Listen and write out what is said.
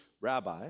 rabbi